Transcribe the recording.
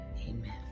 Amen